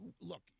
Look